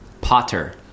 potter